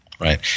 Right